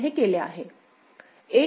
तर आपण हे केले आहे